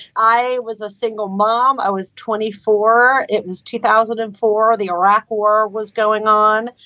i was a single mom. i was twenty. for it was two thousand and four, the iraq war was going on.